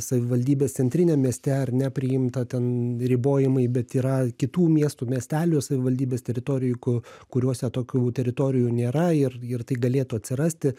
savivaldybės centriniam mieste ar ne priimta ten ribojimai bet yra kitų miestų miestelių savivaldybės teritorijų ku kuriuose tokių teritorijų nėra ir ir tai galėtų atsirasti